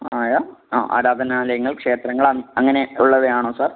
ആയ ആ ആരാധനാലയങ്ങൾ ക്ഷേത്രങ്ങൾ അങ്ങനെ ഉള്ളവ ആണോ സാർ